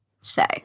say